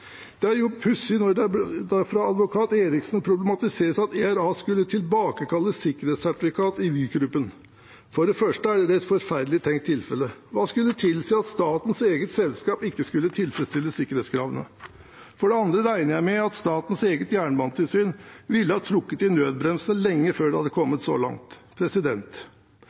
For det første er det et forferdelig tenkt tilfelle. Hva skulle tilsi at statens eget selskap ikke skulle tilfredsstille sikkerhetskravene? For det andre regner jeg med at statens eget jernbanetilsyn ville ha trukket i nødbremsen lenge før det hadde kommet så langt.